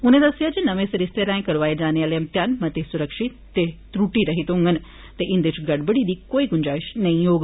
उनें दस्सेआ जे नमें सरिस्ते राए करोआए जाने आले मतेयान मते सुरक्षित ते त्रुटी रहित होंडन ते इंदे च गड़बड़ी दी कोई गुंजैश नेई होग